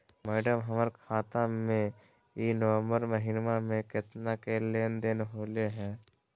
madam, हमर खाता में ई नवंबर महीनमा में केतना के लेन देन होले है